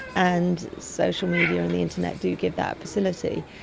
and social media and the internet do give that facility.